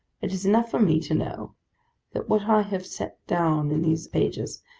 it is enough for me, to know, that what i have set down in these pages,